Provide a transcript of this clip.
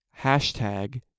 hashtag